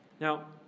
Now